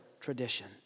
tradition